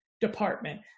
department